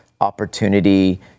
opportunity